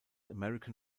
american